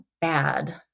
bad